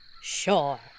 Sure